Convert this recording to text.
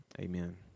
amen